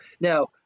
now